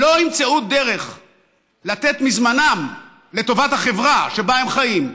ימצאו דרך לתת מזמנם לטובת החברה שבה הם חיים,